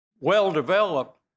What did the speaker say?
well-developed